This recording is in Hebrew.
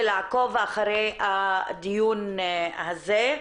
ולעקוב אחר הדיון הזה.